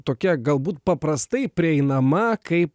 tokia galbūt paprastai prieinama kaip